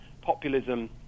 populism